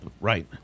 right